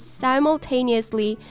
simultaneously